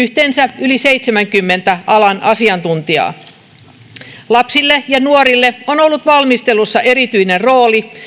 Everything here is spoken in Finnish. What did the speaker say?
yhteensä yli seitsemänkymmenen alan asiantuntijaa lapsilla ja nuorilla on ollut valmistelussa erityinen rooli